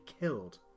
killed